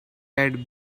had